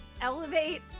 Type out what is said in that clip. elevate